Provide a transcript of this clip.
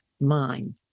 mind